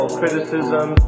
criticism